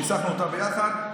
ניסחנו אותה ביחד,